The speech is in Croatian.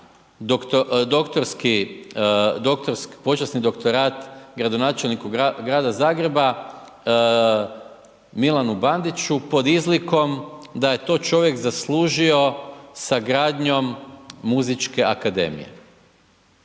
doktorski, počasni doktorat gradonačelniku Grada Zagreba, Milanu Bandiću, pod izlikom da je to čovjek zaslužio sa gradnjom Muzičke akademije.